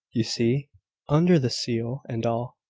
you see under the seal and all.